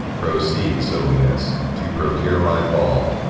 proceed, solinus, to procure my fall,